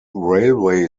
railway